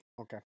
okay